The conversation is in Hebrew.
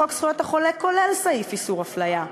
חוק זכויות החולה כולל סעיף איסור הפליה,